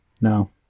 no